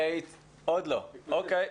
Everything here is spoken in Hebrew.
עוד לא, אוקיי.